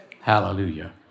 hallelujah